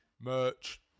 merch